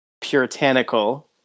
puritanical